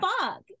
fuck